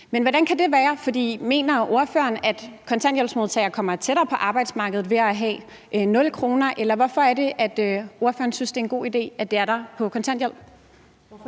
man ikke vil det? Mener ordføreren, at kontanthjælpsmodtagere kommer tættere på arbejdsmarkedet ved at have 0 kr., eller hvorfor er det, at ordføreren synes, det er en god idé, at